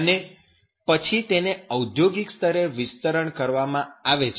અને પછી તેને ઔધોગિક સ્તરે વિસ્તરણ કરવામાં આવે છે